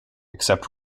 except